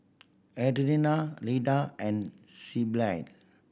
Adriana Leda and sea